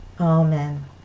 Amen